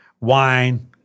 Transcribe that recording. wine